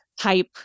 type